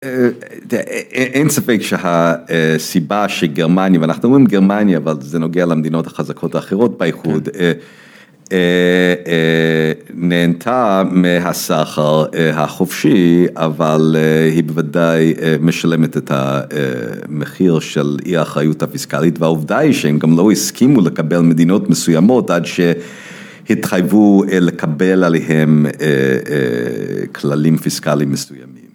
אין ספק שהסיבה שגרמניה, ואנחנו אומרים גרמניה, אבל זה נוגע למדינות החזקות האחרות באיחוד, נהנתה מהסחר החופשי, אבל היא בוודאי משלמת את המחיר של אי-אחריות הפיסקלית, והעובדה היא שהן גם לא הסכימו לקבל מדינות מסוימות, עד שהתחייבו לקבל עליהן כללים פיסקליים מסוימים.